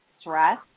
stress